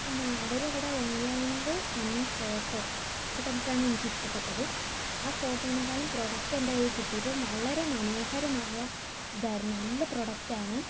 അവരവിടെ ഓൺലൈനിൽ തന്ന ഫോട്ടോ അത് കണ്ടിട്ടാണ് എനിക്കിഷ്ടപ്പെട്ടത് ആ ഫോട്ടോയിനെക്കാളും പ്രൊഡക്റ്റ് എൻ്റെ കൈയിൽക്കിട്ടിയപ്പോൾ വളരെ മനോഹരമായ ഇതായിരുന്നു നല്ല പ്രൊഡക്റ്റാണ്